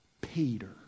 Peter